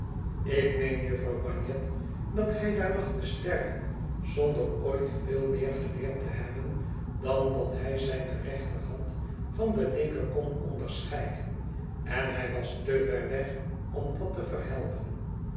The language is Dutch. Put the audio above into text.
ik meen jufvrouw bagnet dat hij daar lag te sterven zonder ooit veel meer geleerd te hebben dan dat hij zijne rechterhand van de linker kon onderscheiden en hij was te ver weg om dat te verhelpen